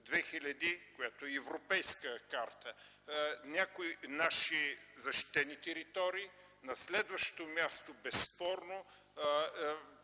която е европейска карта, някои наши защитени територии. На следващо място, безспорно,